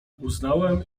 uznałem